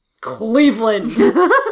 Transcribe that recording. cleveland